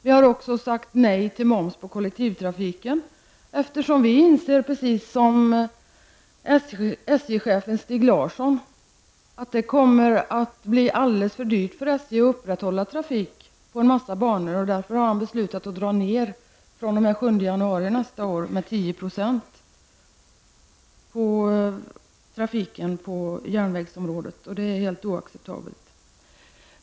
Vi säger nej till moms på kollektivtrafiken, eftersom vi inser, precis som SJ-chefen Stig Larsson, att det kommer att bli alldeles för dyrt för Därför har SJ beslutat att fr.o.m. den 7 januari nästa år dra ner på trafiken med 10 % inom järnvägsområdet. Det är helt oacceptabelt.